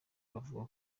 bavuga